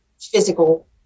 physical